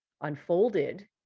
unfolded